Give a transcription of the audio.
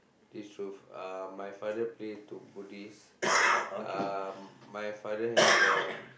this truth uh my father pray to Buddhist uh my father has a